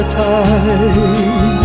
time